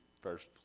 first